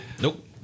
Nope